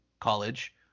college